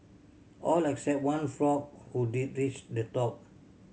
all except one frog who did reach the top